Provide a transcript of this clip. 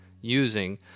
using